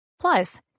plus